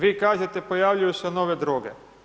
Vi kažete, pojavljuju se nove droge.